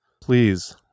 Please